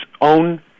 own